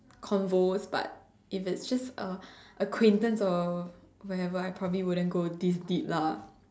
convos but if it's just a acquaintance or whatever I probably wouldn't go this deep lah